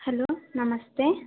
hello ನಮಸ್ತೆ